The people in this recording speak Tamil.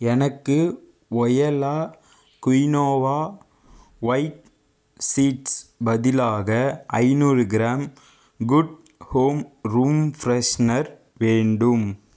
எனக்கு வொயலா குயினோவா ஒயிட் சீட்ஸ் பதிலாக ஐந்நூறு gram good home room freshener வேண்டும்